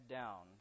down